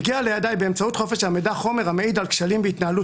הגיע לידיי באמצעות חופש המידע חומר המעיד על כשלים בהתנהלות